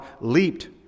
leaped